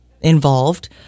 involved